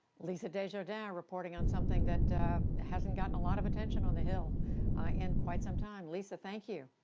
lisa desjardins reporting on something that hasn't gotten a lot of attention on the hill in quite some time. lisa, thank you.